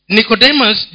Nicodemus